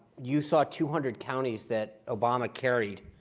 you saw two hundred counties that obama carried